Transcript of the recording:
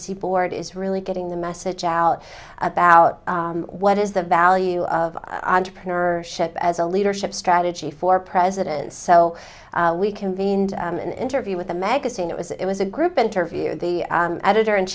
sea board is really getting the message out about what is the value of entrepreneurship as a leadership strategy for presidents so we convened an interview with a magazine it was it was a group interview the editor